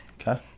Okay